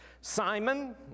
Simon